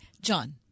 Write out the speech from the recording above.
John